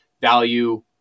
value